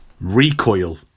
recoil